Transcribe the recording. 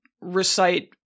recite